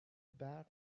برق